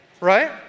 Right